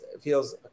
feels